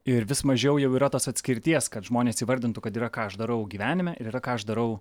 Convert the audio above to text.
ir vis mažiau jau yra tos atskirties kad žmonės įvardintų kad yra ką aš darau gyvenime ir yra ką aš darau